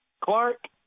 Clark